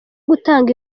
gutanga